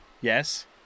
Yes